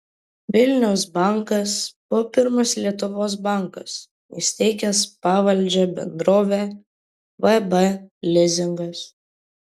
vilniaus bankas buvo pirmas lietuvos bankas įsteigęs pavaldžią bendrovę vb lizingas